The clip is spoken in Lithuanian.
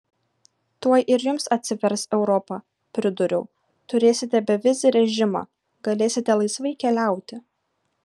tuoj ir jums atsivers europa pridūriau turėsite bevizį režimą galėsite laisvai keliauti